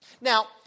Now